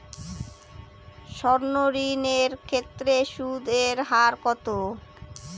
সর্ণ ঋণ এর ক্ষেত্রে সুদ এর হার কত?